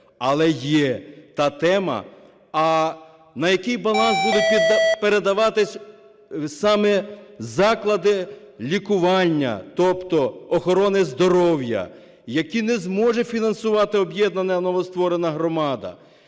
Але є та тема: а на який баланс будуть передаватися саме заклади лікування, тобто охорони здоров'я, які не зможе фінансувати об'єднана новостворена громада?